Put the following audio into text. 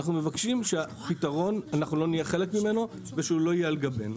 אנחנו מבקשים שאנחנו לא נהיה חלק מהפתרון ושהוא לא יהיה על גבינו.